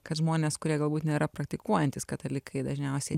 kad žmonės kurie galbūt nėra praktikuojantys katalikai dažniausiai